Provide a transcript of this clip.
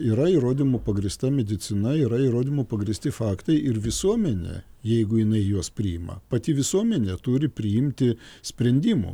yra įrodymu pagrįsta medicina yra įrodymu pagrįsti faktai ir visuomenė jeigu jinai juos priima pati visuomenė turi priimti sprendimų